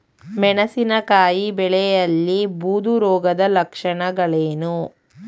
ಮೆಣಸಿನಕಾಯಿ ಬೆಳೆಯಲ್ಲಿ ಬೂದು ರೋಗದ ಲಕ್ಷಣಗಳೇನು?